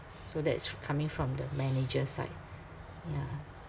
so that is coming from the manager's side yeah